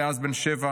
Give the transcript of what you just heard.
שהיה אז בן שבע,